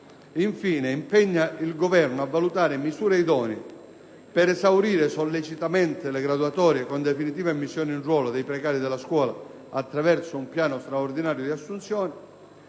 giorno impegna il Governo «a valutare misure idonee per: esaurire sollecitamente le graduatorie con definitiva immissione in ruolo dei precari della scuola attraverso un piano straordinario di assunzioni;